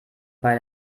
bei